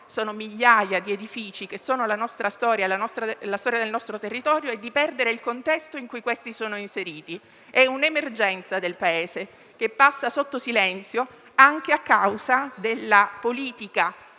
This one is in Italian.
moderno (migliaia di edifici, che sono la storia nostra e del nostro territorio) e di perdere il contesto in cui è inserito. È un'emergenza del Paese, che passa sotto silenzio anche a causa della strategia